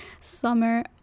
summer